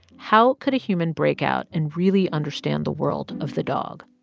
how could a human break out and really understand the world of the dog?